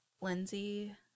Lindsay